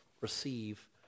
receive